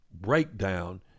breakdown